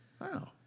Wow